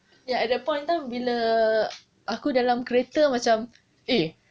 ya at that point in time bila aku dalam kereta macam eh